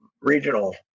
regional